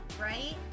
right